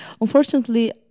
Unfortunately